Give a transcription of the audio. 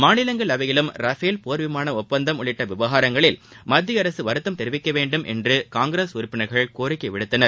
மாநிலங்களவையிலும் ரஃபேல் போர் விமான ஒப்பந்தம் உள்ளிட்ட விவகாரங்களில் மத்தியஅரசு வருத்தம் தெரிவிக்கவேண்டும் என்று காங்கிரஸ் உறுப்பினர்கள் கோரிக்கை விடுத்தனர்